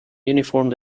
uniformed